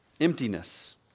Emptiness